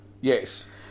Yes